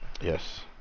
Yes